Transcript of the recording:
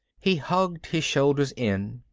he hugged his shoulders in,